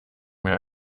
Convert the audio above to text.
mehr